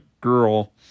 girl